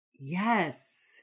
Yes